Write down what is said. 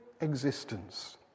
existence